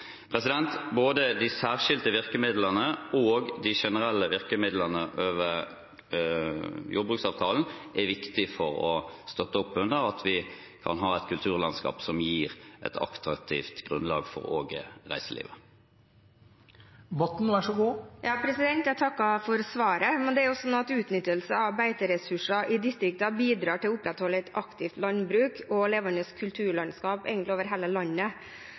Både de særskilte virkemidlene og de generelle virkemidlene over jordbruksavtalen er viktig for å støtte opp under at vi kan ha et kulturlandskap som gir et attraktivt grunnlag også for reiselivet. Jeg takker for svaret. Det er sånn at utnyttelse av beiteressurser i distriktene bidrar til å opprettholde et aktivt landbruk og et levende kulturlandskap over hele landet.